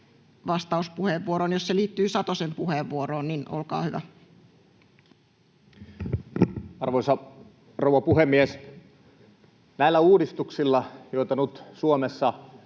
vastauspuheenvuoron. Jos se liittyy Satosen puheenvuoroon, niin olkaa hyvä. Arvoisa rouva puhemies! Näillä uudistuksilla, joita nyt Suomessa